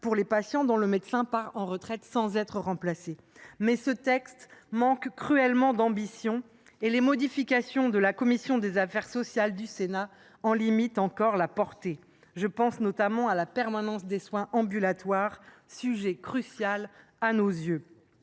pour les patients dont le médecin part à la retraite sans être remplacé. Reste que ce texte manque cruellement d’ambition et les modifications apportées par la commission des affaires sociales du Sénat en limitent encore la portée. Je pense notamment à la permanence des soins ambulatoires, sujet crucial à nos yeux.